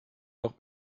noch